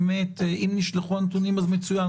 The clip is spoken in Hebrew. אם נשלחו הנתונים אז מצוין,